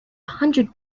hundred